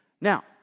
now